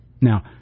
Now